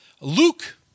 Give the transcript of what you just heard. Luke